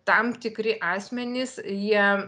tam tikri asmenys jie